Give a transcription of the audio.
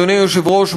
אדוני היושב-ראש,